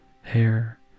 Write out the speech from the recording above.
hair